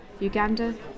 Uganda